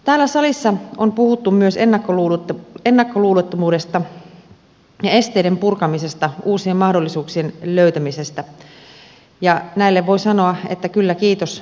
täällä salissa on puhuttu myös ennakkoluulottomuudesta ja esteiden purkamisesta uusien mahdollisuuksien löytämisestä ja näille voi sanoa että kyllä kiitos